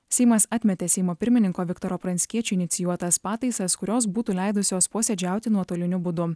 seimas atmetė seimo pirmininko viktoro pranckiečio inicijuotas pataisas kurios būtų leidusios posėdžiauti nuotoliniu būdu